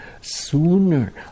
sooner